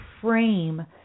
frame